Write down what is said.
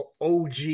OG